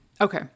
okay